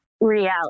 reality